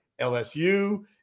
LSU